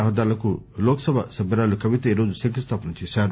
రహదారులకు లోక్సభ సభ్యురాలు కవిత ఈరోజు శంకుస్థాపన చేశారు